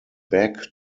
back